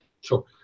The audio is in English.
Sure